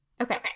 Okay